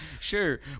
sure